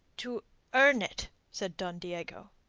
to earn it? said don diego,